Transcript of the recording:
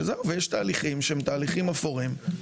וזהו, ויש תהליכים שהם תהליכים אפורים.